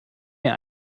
mir